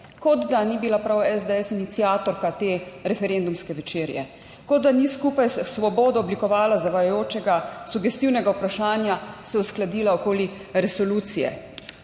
kot da ni bila prav SDS iniciatorka te referendumske večerje, kot da ni skupaj s Svobodo oblikovala zavajajočega sugestivnega vprašanja, se uskladila okoli resolucije,